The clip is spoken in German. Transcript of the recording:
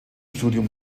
studium